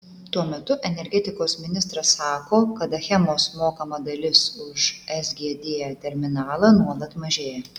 tuo metu energetikos ministras sako kad achemos mokama dalis už sgd terminalą nuolat mažėja